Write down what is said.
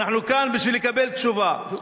אנחנו כאן בשביל לקבל תשובה.